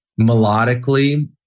melodically